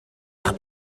eich